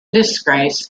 disgrace